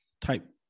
type